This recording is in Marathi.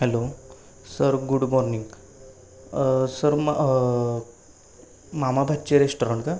hello sir good morning sir मा मामा भाची रेस्टॉरंट का